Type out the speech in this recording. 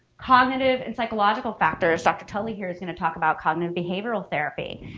cognitive and psychological factors, dr. tully here is going to talk about cognitive behavioral therapy.